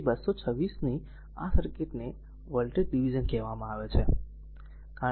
તેથી 226 ની આ સર્કિટને વોલ્ટેજ ડીવીઝન કહેવામાં આવે છે